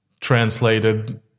translated